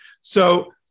So-